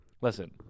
listen